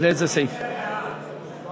קבוצת סיעת ש"ס, קבוצת סיעת יהדות